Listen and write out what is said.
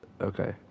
Okay